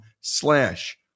slash